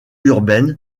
urbaines